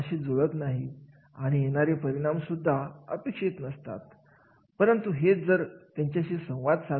या उदाहरणांमध्ये बल्लारपूर उद्योगांमध्ये एखाद्या कार्याची तुलना कशी केली जाते आणि त्याचं महत्त्व कसं ओळखले जातात याचं सादरीकरण दिसेल